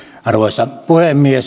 arvoisa puhemies